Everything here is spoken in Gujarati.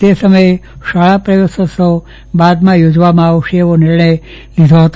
તે સમયે શાળા પ્રવેશોત્સવ બાદમાં યોજવામાં આવશે એવો નિર્ણય લીધો હતો